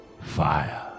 fire